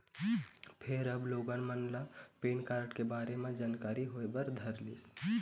फेर अब लोगन मन ल पेन कारड के बारे म जानकारी होय बर धरलिस